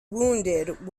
wounded